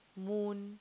moon